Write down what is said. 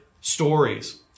stories